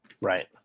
Right